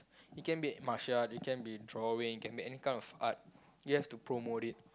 it can be martial art it can be drawing it can be any kind of art you have to promote it